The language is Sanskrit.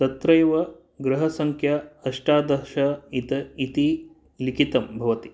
तत्रैव गृहसङ्ख्या अष्टादश इत इति लिखितं भवति